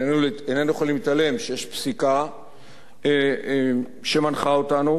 איננו יכולים להתעלם מכך שיש פסיקה שמנחה אותנו,